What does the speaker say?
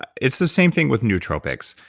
it's the same thing with nootropics.